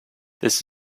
this